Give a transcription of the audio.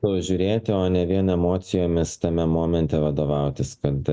pažiūrėti o ne vien emocijomis tame momente vadovautis kad